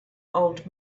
old